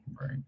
Right